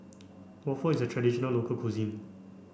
waffle is a traditional local cuisine